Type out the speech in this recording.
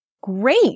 Great